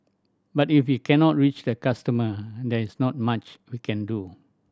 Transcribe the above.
but if we cannot reach the customer there is not much we can do